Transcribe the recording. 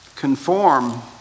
Conform